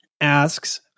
asks